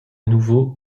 nouveau